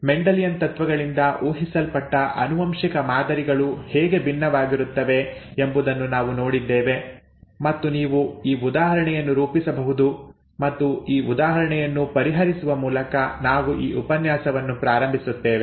Mendelian ತತ್ವಗಳಿಂದ ಊಹಿಸಲ್ಪಟ್ಟ ಆನುವಂಶಿಕ ಮಾದರಿಗಳು ಹೇಗೆ ಭಿನ್ನವಾಗಿರುತ್ತವೆ ಎಂಬುದನ್ನು ನಾವು ನೋಡಿದ್ದೇವೆ ಮತ್ತು ನೀವು ಈ ಉದಾಹರಣೆಯನ್ನು ರೂಪಿಸಬಹುದು ಮತ್ತು ಈ ಉದಾಹರಣೆಯನ್ನು ಪರಿಹರಿಸುವ ಮೂಲಕ ನಾವು ಈ ಉಪನ್ಯಾಸವನ್ನು ಪ್ರಾರಂಭಿಸುತ್ತೇವೆ